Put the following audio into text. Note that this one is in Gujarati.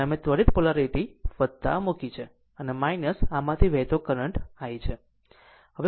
અને તમે ત્વરિત પોલારીટી મૂકી છે આમાંથી વહેતો કરંટ I છે